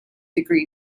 degree